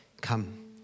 Come